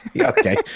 Okay